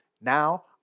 now